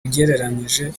ugereranije